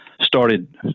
Started